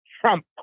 Trump